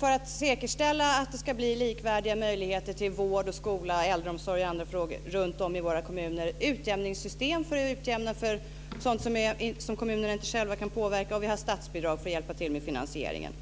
För att säkerställa att det ska bli likvärdiga möjligheter till vård, skola, äldreomsorg, osv. runt om i våra kommuner har vi ju ett utjämningssystem för att utjämna för sådant som kommunerna själva inte kan påverka, och vi har statsbidrag för att hjälpa till med finansieringen.